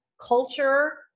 culture